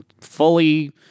fully